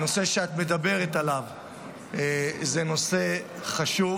הנושא שאת מדברת עליו הוא נושא חשוב,